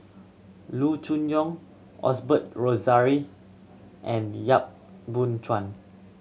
Loo Choon Yong Osbert Rozario and Yap Boon Chuan